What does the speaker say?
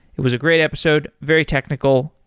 it was a great episode, very technical,